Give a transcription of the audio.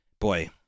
boy